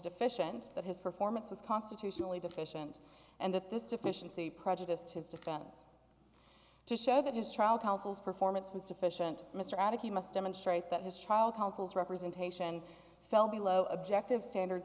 deficient that his performance was constitutionally deficient and that this deficiency prejudiced his defense to show that his trial counsel's performance was deficient mr abbott he must demonstrate that his child counsel's representation fell below objective standards